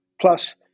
plus